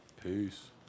Peace